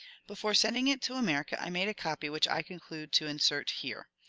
before sending it to america i made a copy which i conclude to insert here.